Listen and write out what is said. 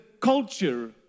culture